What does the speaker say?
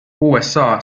usa